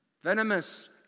venomous